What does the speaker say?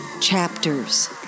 chapters